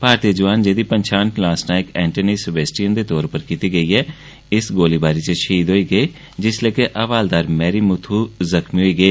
भारतीय जोआन जेह्दी पंछान लांस नायक एंटनी सेबेस्टियन दे तौर उप्पर कीती गेई ऐ होर इस गोलीबारी च शहीद होई गे जिसलै के हवालदार मैरी मुथु जख्मी होई गे